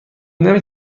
نمی